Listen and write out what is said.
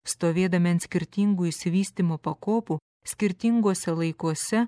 stovėdami ant skirtingų išsivystymo pakopų skirtinguose laikuose